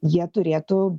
jie turėtų